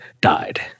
died